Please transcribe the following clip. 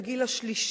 נגישות לגיל השלישי,